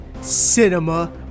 Cinema